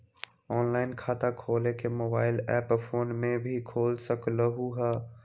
Online खाता खोले के मोबाइल ऐप फोन में भी खोल सकलहु ह?